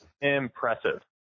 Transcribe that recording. impressive